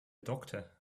doctor